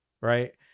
right